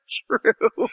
true